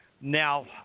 Now